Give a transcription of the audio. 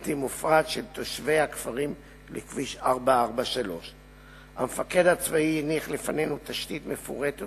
ובלתי מופרעת של תושבי הכפרים לכביש 443. המפקד הצבאי הניח לפנינו תשתית מפורטת